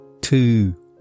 two